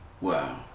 Wow